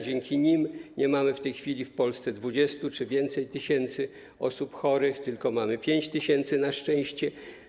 Dzięki nim nie mamy w tej chwili w Polsce 20 tys. czy więcej osób chorych, tylko mamy 5 tys., na szczęście.